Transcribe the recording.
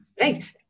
Right